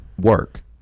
work